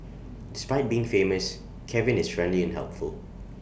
despite being famous Kevin is friendly and helpful